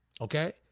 okay